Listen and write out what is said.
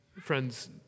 Friends